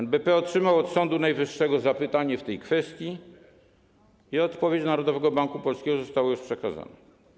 NBP otrzymał od Sądu Najwyższego zapytanie w tej kwestii i odpowiedź Narodowego Banku Polskiego została już przekazana.